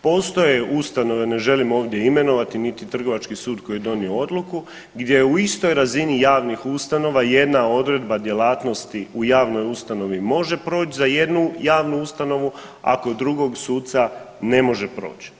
Postoje ustanove, ne želim ovdje imenovati niti Trgovački sud koji je donio odluku gdje je u istoj razini javnih ustanova jedna odredba djelatnosti u javnoj ustanovi može proći za jednu javnu ustanovu, a kod drugog suca ne može proći.